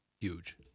huge